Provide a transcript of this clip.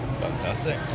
Fantastic